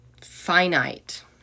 finite